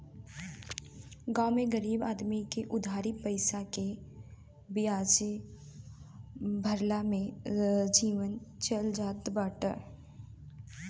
गांव में गरीब आदमी में उधारी पईसा के बियाजे भरला में जीवन चल जात बाटे